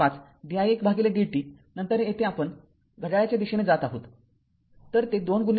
५ di १ dt आहे नंतर येथे आपण घड्याळाच्या दिशेने जात आहोत